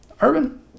Urban